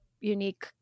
unique